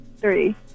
three